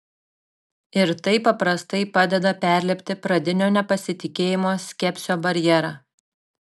ir tai paprastai padeda perlipti pradinio nepasitikėjimo skepsio barjerą